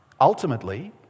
Ultimately